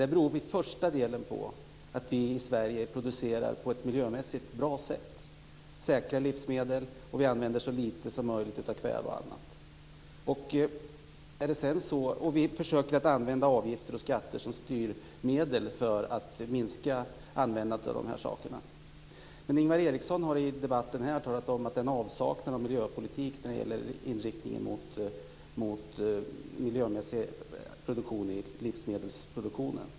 Det beror i första hand på att vi i Sverige producerar på ett miljömässigt bra sätt, att vi har säkra livsmedel och att vi använder så lite som möjligt av kväve och annat. Vi försöker använda avgifter och skatter som styrmedel för att minska användandet av de här sakerna. Ingvar Eriksson har i debatten här talat om att det är en avsaknad av miljöpolitik när det gäller inriktningen mot miljömässig livsmedelsproduktion.